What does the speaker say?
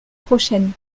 prochaine